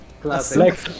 Classic